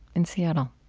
in seattle.